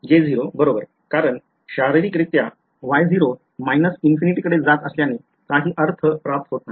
J0 J0 बरोबर कारण शारीरिकरित्या Y0 जात असल्याने काही अर्थ प्राप्त होत नाही